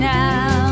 now